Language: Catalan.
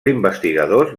investigadors